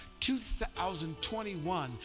2021